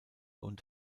und